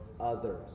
others